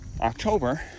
October